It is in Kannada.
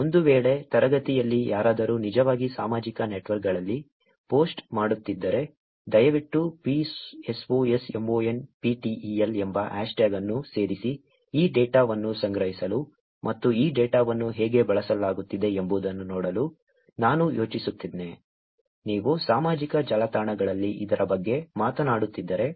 ಒಂದು ವೇಳೆ ತರಗತಿಯಲ್ಲಿ ಯಾರಾದರೂ ನಿಜವಾಗಿ ಸಾಮಾಜಿಕ ನೆಟ್ವರ್ಕ್ಗಳಲ್ಲಿ ಪೋಸ್ಟ್ ಮಾಡುತ್ತಿದ್ದರೆ ದಯವಿಟ್ಟು psosmonptel ಎಂಬ ಹ್ಯಾಶ್ಟ್ಯಾಗ್ ಅನ್ನು ಸೇರಿಸಿ ಈ ಡೇಟಾವನ್ನು ಸಂಗ್ರಹಿಸಲು ಮತ್ತು ಈ ಡೇಟಾವನ್ನು ಹೇಗೆ ಬಳಸಲಾಗುತ್ತಿದೆ ಎಂಬುದನ್ನು ನೋಡಲು ನಾನು ಯೋಜಿಸುತ್ತೇನೆ ನೀವು ಸಾಮಾಜಿಕ ಜಾಲತಾಣಗಳಲ್ಲಿ ಇದರ ಬಗ್ಗೆ ಮಾತನಾಡುತ್ತಿದ್ದರೆ